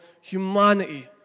humanity